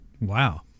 Wow